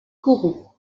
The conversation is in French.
kourou